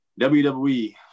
WWE